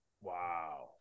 Wow